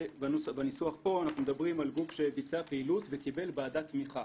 בניסוח פה אנחנו מדברים על גוף שביצע פעילות וקיבל ועדת תמיכה.